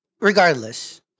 regardless